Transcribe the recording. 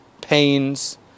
pains